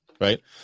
right